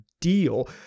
deal